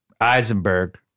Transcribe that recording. Eisenberg